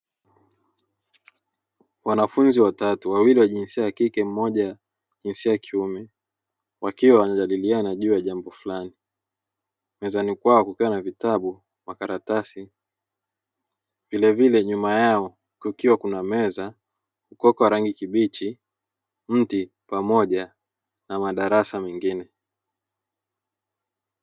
Wanafunzi watatu wawili wa jinsia ya kike mmoja jinsia ya kiume wakiwa wanajadiliana juu ya jambo fulani, mezani kwao kukiwa na vitabu, makaratasi vilevile nyuma yao kukiwa kuna meza mkoko rangi kibichi mti pamoja na madarasa mengine.